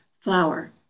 Flour